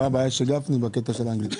הבעיה של גפני בקטע של האנגלית.